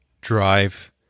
drive